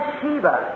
Sheba